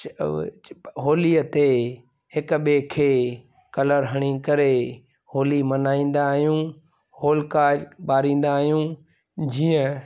च व चब होलीअ ते हिक ॿिए खे कलर हणी करे होली मल्हाईंदा आहियूं होलिका ॿारींदा आहियूं जीअं